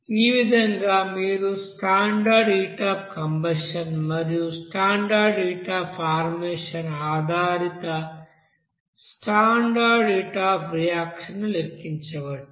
ఈ విధంగా మీరు స్టాండర్డ్ హీట్ అఫ్ కంబషన్ మరియు స్టాండర్డ్ హీట్ అఫ్ ఫార్మేషన్ ఆధారిత స్టాండర్డ్ హీట్ అఫ్ రియాక్షన్ ను లెక్కించవచ్చు